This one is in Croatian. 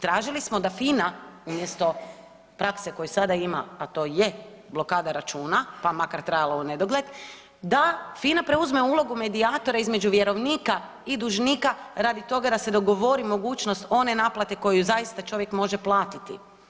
Tražili smo da FINA umjesto prakse koju sada ima, a to je blokada računa, pa makar trajala unedogled, da FINA preuzme ulogu medijatora između vjerovnika i dužnika radi toga da se dogovori mogućnost one naplatu koju zaista čovjek može platiti.